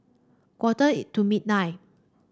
quarter it to midnight